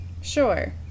Sure